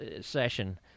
session